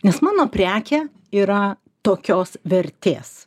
nes mano prekė yra tokios vertės